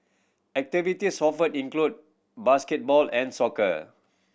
activities offered include basketball and soccer